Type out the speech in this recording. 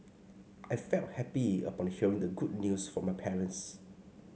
I felt happy upon hearing the good news from my parents